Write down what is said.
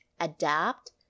adapt